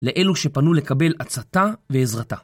לאלו שפנו לקבל עצתה ועזרתה.